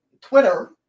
Twitter